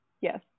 Yes